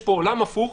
יש פה עולם הפוך.